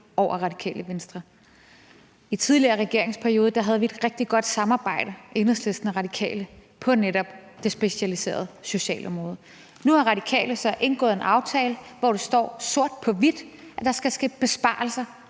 over Radikale Venstre. I tidligere regeringsperiode havde vi, Enhedslisten og Radikale, et rigtig godt samarbejde på netop det specialiserede socialområde. Nu har Radikale så indgået en aftale, hvor det står sort på hvidt, at der skal ske besparelser